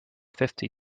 fifty